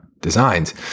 designs